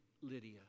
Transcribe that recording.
Lydia